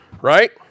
Right